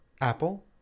Apple